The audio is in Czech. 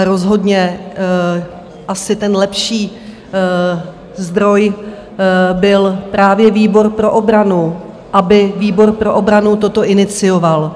Rozhodně asi ten lepší zdroj byl právě výbor pro obranu, aby výbor pro obranu toto inicioval.